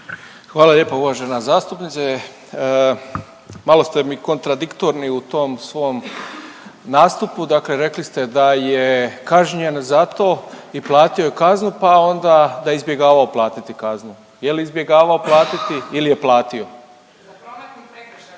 Hvala lijepo uvažena zastupnice. Malo ste mi kontradiktorni u tom svom nastupu. Dakle rekli ste da je kažnjen zato i platio je kaznu pa onda da je izbjegavao platiti kaznu. Je li izbjegavao platiti ili je platio? .../Upadica se ne